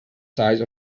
size